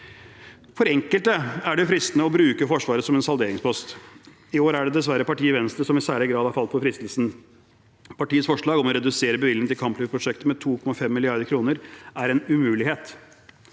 For enkelte er det fristende å bruke Forsvaret som en salderingspost. I år er det dessverre partiet Venstre som i særlig grad har falt for fristelsen. Partiets forslag om å redusere bevilgningen til kampflyprosjektet med 2,5 mrd. kr er en umulighet.